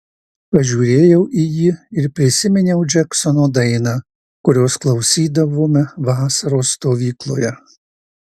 pažiūrėjau į jį ir prisiminiau džeksono dainą kurios klausydavome vasaros stovykloje